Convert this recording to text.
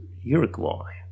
Uruguay